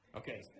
Okay